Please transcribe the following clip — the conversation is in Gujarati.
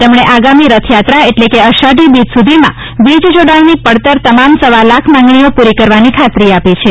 તેમણે આગામી રથયાત્રા એટલે કે અષાઢી બીજ સુધીમાં વીજ જોડાણની પડતર તમામ સવા લાખ માંગણીઓ પૂરી કરવાની ખાતરી આપી છે